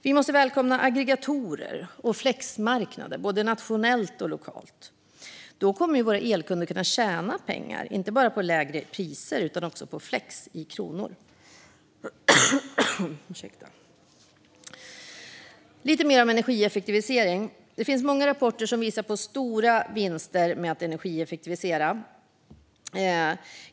Vi måste välkomna aggregatorer och flexmarknader, både nationellt och lokalt. Då kommer elkunder att kunna tjäna pengar, inte bara på lägre priser utan också på flex i kronor. Jag ska tala lite mer om energieffektivisering. Det finns många rapporter som visar på stora vinster med att energieffektivisera.